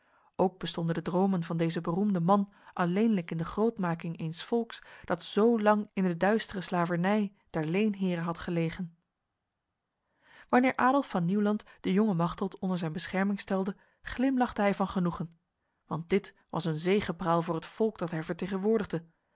ook bestonden de dromen van deze beroemde man alleenlijk in de grootmaking eens volks dat zo lang in de duistere slavernij der leenheren had gelegen wanneer adolf van nieuwland de jonge machteld onder zijn bescherming stelde glimlachte hij van genoegen want dit was een zegepraal voor het volk dat hij vertegenwoordigde